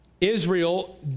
Israel